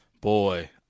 Boy